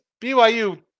BYU